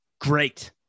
Great